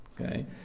Okay